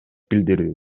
билдирүү